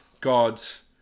gods